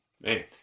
Man